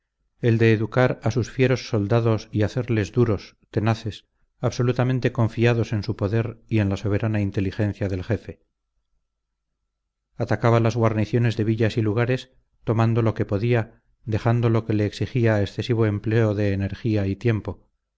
el de educar a sus fieros soldados y hacerles duros tenaces absolutamente confiados en su poder y en la soberana inteligencia del jefe atacaba las guarniciones de villas y lugares tomando lo que podía dejando lo que le exigía excesivo empleo de energía y tiempo